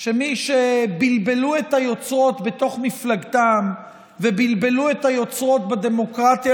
שמי שבלבלו את היוצרות בתוך מפלגתם ובלבלו את היוצרות בדמוקרטיה